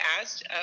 asked